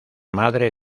madre